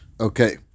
Okay